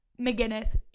McGinnis